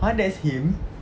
!huh! that's him